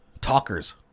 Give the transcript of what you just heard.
talkers